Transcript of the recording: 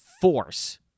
force